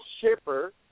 shipper